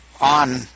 on